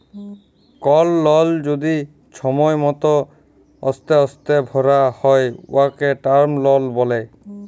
call লল যদি ছময় মত অস্তে অস্তে ভ্যরা হ্যয় উয়াকে টার্ম লল ব্যলে